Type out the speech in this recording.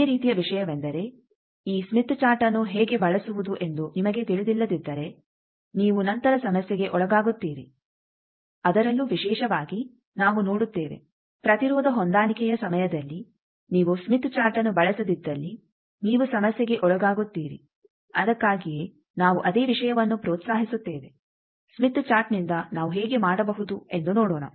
ಇದೇ ರೀತಿಯ ವಿಷಯವೆಂದರೆ ಈ ಸ್ಮಿತ್ ಚಾರ್ಟ್ಅನ್ನು ಹೇಗೆ ಬಳಸುವುದು ಎಂದು ನಿಮಗೆ ತಿಳಿದಿಲ್ಲದಿದ್ದರೆ ನೀವು ನಂತರ ಸಮಸ್ಯೆಗೆ ಒಳಗಾಗುತ್ತೀರಿ ಅದರಲ್ಲೂ ವಿಶೇಷವಾಗಿ ನಾವು ನೋಡುತ್ತೇವೆ ಪ್ರತಿರೋಧ ಹೊಂದಾಣಿಕೆಯ ಸಮಯದಲ್ಲಿ ನೀವು ಸ್ಮಿತ್ ಚಾರ್ಟ್ಅನ್ನು ಬಳಸದಿದ್ದಲ್ಲಿ ನೀವು ಸಮಸ್ಯೆಗೆ ಒಳಗಾಗುತ್ತೀರಿ ಅದಕ್ಕಾಗಿಯೇ ನಾವು ಅದೇ ವಿಷಯವನ್ನು ಪ್ರೋತ್ಸಾಹಿಸುತ್ತೇವೆ ಸ್ಮಿತ್ ಚಾರ್ಟ್ ನಿಂದ ನಾವು ಹೇಗೆ ಮಾಡಬಹುದು ಎಂದು ನೋಡೋಣ